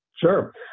Sure